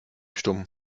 stumm